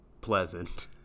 pleasant